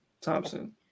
Thompson